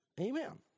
Amen